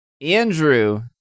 Andrew